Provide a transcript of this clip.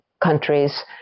countries